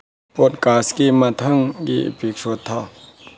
ꯄꯣꯠꯀꯥꯁꯒꯤ ꯃꯊꯪꯒꯤ ꯏꯄꯤꯁꯣꯠ ꯊꯥꯎ